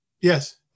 Yes